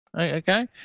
okay